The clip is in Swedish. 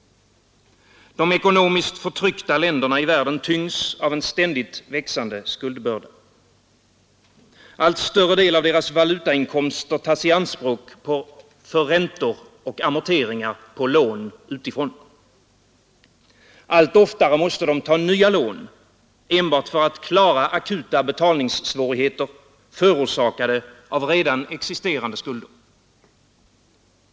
De ekonomiskt förtryckta länderna i världen tyngs av en ständigt växande skuldbörda. Allt större del av deras valutainkomster tas i anspråk för räntor och amorteringar på lån utifrån. Allt oftare måste de ta nya lån enbart för att klara akuta betalningssvårigheter, förorsakade av redan existerande skulder.